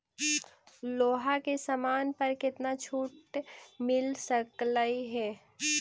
लोहा के समान पर केतना छूट मिल सकलई हे